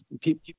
people